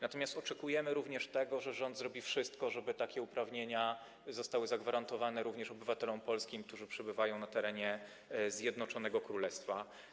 Natomiast oczekujemy również tego, że rząd zrobi wszystko, żeby takie uprawnienia zostały zagwarantowane też obywatelom polskim, którzy przebywają na terenie Zjednoczonego Królestwa.